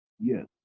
Yes